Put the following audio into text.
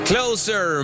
Closer